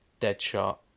Deadshot